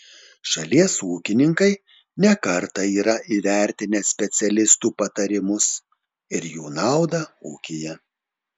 šalies ūkininkai ne kartą yra įvertinę specialistų patarimus ir jų naudą ūkyje